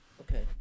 Okay